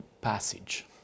passage